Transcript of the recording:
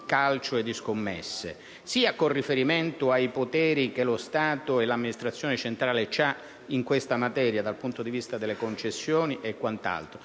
calcio e di scommesse, sia con riferimento ai poteri che lo Stato e l'Amministrazione centrale hanno in questa materia dal punto di vista delle concessioni e quant'altro,